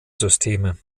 systeme